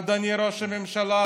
אדוני ראש הממשלה,